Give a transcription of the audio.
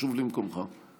תשוב למקומך, פשוט מאוד.